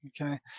Okay